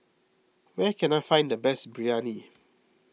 where can I find the best Biryani